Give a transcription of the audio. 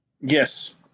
Yes